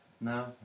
No